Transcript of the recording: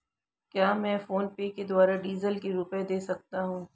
क्या मैं फोनपे के द्वारा डीज़ल के रुपए दे सकता हूं?